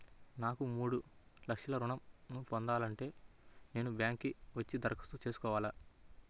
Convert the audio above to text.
నాకు మూడు లక్షలు ఋణం ను పొందాలంటే నేను బ్యాంక్కి వచ్చి దరఖాస్తు చేసుకోవాలా?